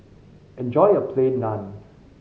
enjoy your Plain Naan